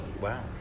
Wow